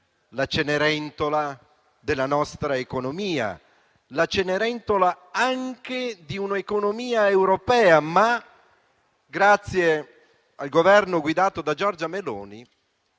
la Cenerentola della nostra economia e anche dell'economia europea, ma grazie al Governo guidato da Giorgia Meloni